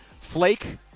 Flake